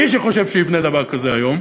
מי שחושב שהוא יבנה דבר כזה היום,